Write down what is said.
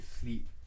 sleep